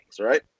right